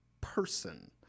person